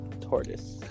tortoise